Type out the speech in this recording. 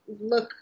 look